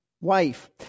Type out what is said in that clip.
wife